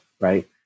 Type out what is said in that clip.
right